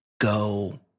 go